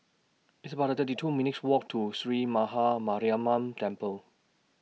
It's about thirty two minutes' Walk to Sree Maha Mariamman Temple